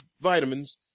vitamins